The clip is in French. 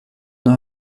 nord